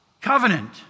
covenant